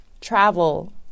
travel